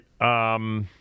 right